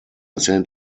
sent